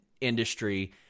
industry